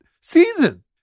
season